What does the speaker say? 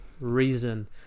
reason